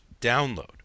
download